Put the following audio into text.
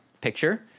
picture